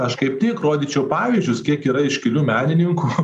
aš kaip tik rodyčiau pavyzdžius kiek yra iškilių menininkų